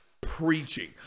preaching